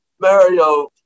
Mario